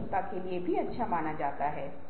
लिए कई प्रावधान हैं